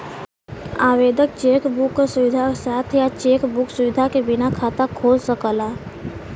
आवेदक cheque book क सुविधा के साथ या चेक बुक सुविधा के बिना खाता खोल सकला